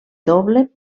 doble